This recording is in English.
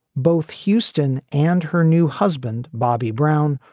both houston and her new husband, bobby brown,